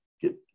get